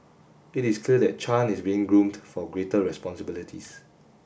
it is clear that Chan is being groomed for greater responsibilities